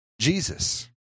Jesus